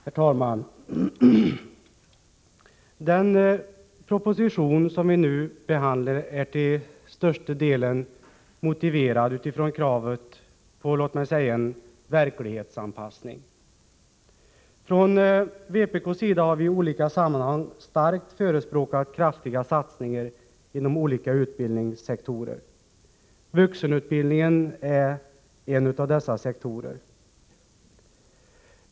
Herr talman! Den proposition som vi nu behandlar är till största delen motiverad utifrån kravet på låt mig säga en verklighetsanpassning. Från vpk:s sida har vi i olika sammanhang starkt förespråkat kraftiga satsningar inom olika utbildningssektorer. Vuxenutbildningen är en av dessa sektorer.